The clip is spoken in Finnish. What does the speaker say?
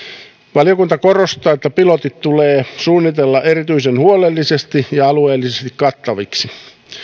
valiokunta korostaa että pilotit tulee suunnitella erityisen huolellisesti ja alueellisesti kattaviksi